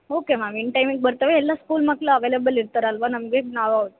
okay ma'am in ಟೈಮಿಗೆ ಬರ್ತೇವೆ ಎಲ್ಲ ಸ್ಕೂಲ್ ಮಕ್ಳು ಅವೈಲೇಬಲ್ ಇರ್ತಾರಲ್ಲವಾ ನಮಗೆ ನಾವು